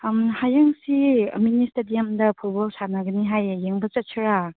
ꯍꯌꯦꯡꯁꯤ ꯃꯤꯅꯤ ꯏꯁꯇꯦꯗꯤꯌꯝꯗ ꯐꯨꯠꯕꯣꯜ ꯁꯥꯟꯅꯒꯅꯤ ꯍꯥꯏꯌꯦ ꯌꯦꯡꯕ ꯆꯠꯁꯤꯔꯥ